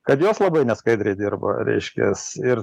kad jos labai neskaidriai dirba reiškias ir